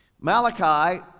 Malachi